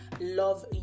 love